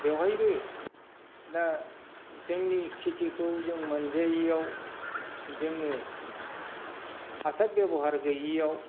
बेयावहायबो दा जोंनि खेथिखौ जों मोनजायिआव जोङो हासार बेबहार गैयिआव